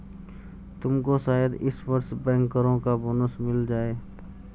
तुमको शायद इस वर्ष बैंकरों का बोनस मिल जाए